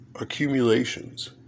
accumulations